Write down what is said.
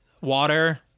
Water